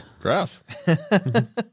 Grass